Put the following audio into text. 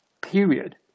period